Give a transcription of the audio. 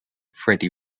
freddie